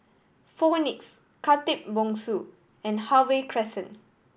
Phoenix Khatib Bongsu and Harvey Crescent